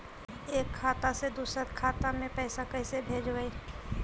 एक खाता से दुसर के खाता में पैसा कैसे भेजबइ?